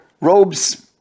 robes